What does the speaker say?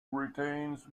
retains